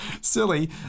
silly